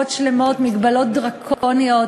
ומבטאת את הדרישה